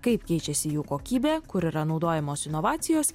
kaip keičiasi jų kokybė kur yra naudojamos inovacijos